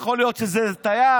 יכול להיות שזה תייר